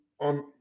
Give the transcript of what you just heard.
on